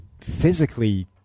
physically